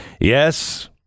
Yes